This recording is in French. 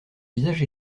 visage